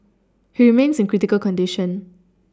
he remains in critical condition